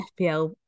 FPL